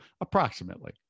approximately